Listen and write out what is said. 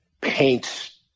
paints